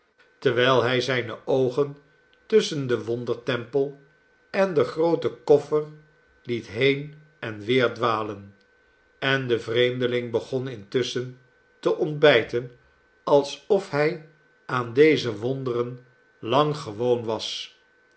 terwijl hij zijne oogen tusschen den wondertempel en den grooten koffer liet heen en weer dwalen en de vreemdeling begon intusschen te ontbijten alsof hj aan deze wonderen lang gewoon was